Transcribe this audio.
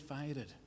faded